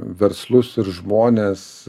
verslus ir žmones